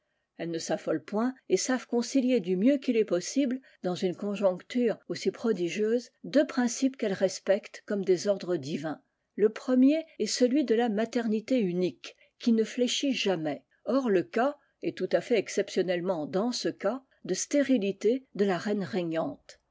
elles ne s'affolent point et savent concilier du mieux qu'il est possible dans une conjoncture aussi prodigieuse deux principes qu'elles respectent comme des ordres divins le premier est celui de la maternité unique qui ne fléchit jamais hors le cas et tout h fait exceptionnellement dans ce cas de stérilité de la r'e régnante